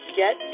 get